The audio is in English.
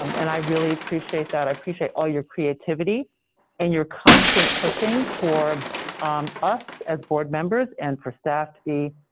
um and i really appreciate that. i appreciate all your creativity and your constant pushing for um us as board members and for staff to be,